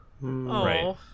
Right